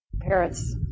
Parents